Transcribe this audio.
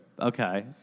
Okay